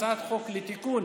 הצעת חוק לתיקון